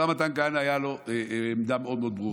השר מתן כהנא, הייתה לו עמדה מאוד מאוד ברורה,